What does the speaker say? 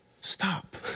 Stop